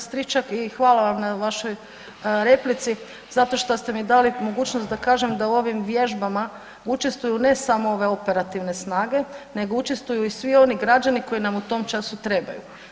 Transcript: U pravu ste kolega Stričak i hvala vam na vašoj replici zato što ste mi dali mogućnost da kažem da u ovim vježbama učestvuju ne samo ove operativne snage nego učestvuju i svi oni građani koji nam u tom času trebaju.